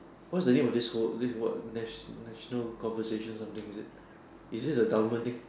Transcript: what's the name of this whole this what national national conversation something is it is this a government thing